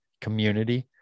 community